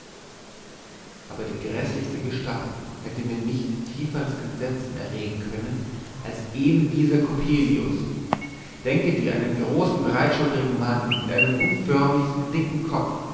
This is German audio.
aber die gräßlichste gestalt hätte mir nicht tieferes entsetzen erregen können als eben dieser coppelius denke dir einen großen breitschultrigen mann mit einem unförmlich dicken kopf